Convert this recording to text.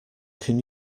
can